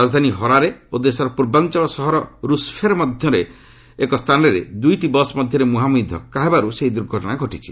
ରାଜଧାନୀ ହରାରେ ଓ ଦେଶର ପୂର୍ବାଞ୍ଚଳ ସହର ରୁସଫେର ମଧ୍ୟବର୍ତ୍ତୀ ଏକ ସ୍ଥାନରେ ଦୂଇଟି ବସ୍ ମଧ୍ୟରେ ମୁହାଁମୁହିଁ ଧକ୍କା ହେବାରୁ ସେହି ଦୂର୍ଘଟଣା ଘଟିଛି